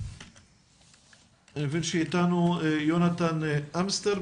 אני מבין שאיתנו יונתן אמסטר,